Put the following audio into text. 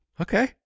Okay